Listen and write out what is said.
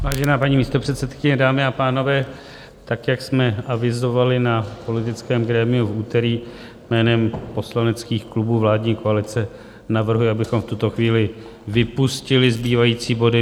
Vážená paní místopředsedkyně, dámy a pánové, jak jsme avizovali na politickém grémiu v úterý, jménem poslaneckých klubů vládní koalice navrhuji, abychom v tuto chvíli vypustili zbývající body.